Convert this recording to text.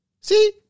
See